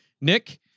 Nick